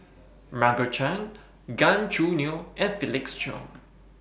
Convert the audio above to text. Margaret Chan Gan Choo Neo and Felix Cheong